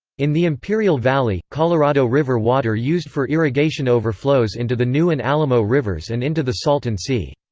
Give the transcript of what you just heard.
in the imperial valley, colorado river water used for irrigation overflows into the new and alamo rivers and into the salton sea.